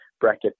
bracket